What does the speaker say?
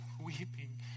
weeping